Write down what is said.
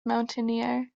mountaineer